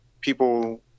people